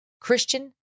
Christian